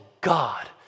God